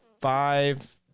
five